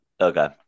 Okay